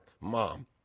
mom